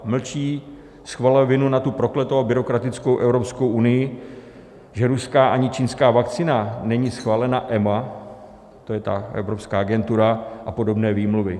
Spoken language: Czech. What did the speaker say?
Mlčí, svaluje vinu na tu prokletou a byrokratickou Evropskou unii, že ruská ani čínská vakcína není schválena EMA, to je ta evropská agentura, a podobné výmluvy.